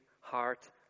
heart